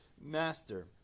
master